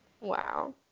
wow